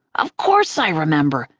of course i remember!